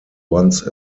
once